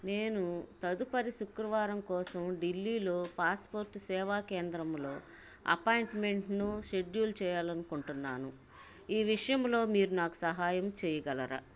నేను తదుపరి శుక్రవారం కోసం ఢిల్లీలో పాస్పోర్ట్ సేవా కేంద్రంలో అపాయింట్మెంట్ను షెడ్యూల్ చేయాలి అనుకుంటున్నాను ఈ విషయంలో మీరు నాకు సహాయం చేయగలరా